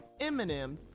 Eminem